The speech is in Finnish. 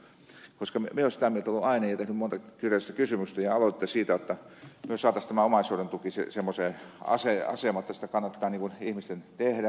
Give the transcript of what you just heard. minä olen sitä mieltä ollut aina ja tehnyt monta kirjallista kysymystä ja aloitetta siitä jotta me saisimme tämän omaishoidon tuen semmoiseen asemaan että sitä työtä kannattaa ihmisten tehdä